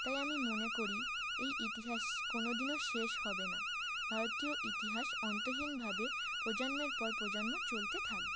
তাই আমি মনে করি এই ইতিহাস কোনো দিনও শেষ হবে না ভারতীয় ইতিহাস অন্তহীনভাবে প্রজন্মের পর প্রজন্ম চলতে থাকবে